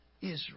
Israel